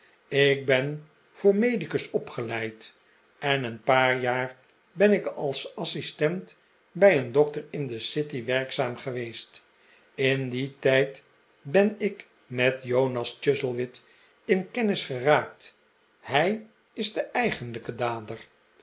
ik ben voor medicus opgeleid en een paar jaar ben ik als assistent bij een dokter in de city werkzaam geweest in dien tijd ben ik met jonas chuzzlewit in kennis ge raakt hij is de eigenlijke dader